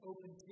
Open